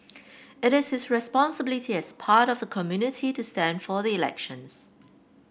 it is his responsibility as part of the community to stand for the elections